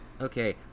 Okay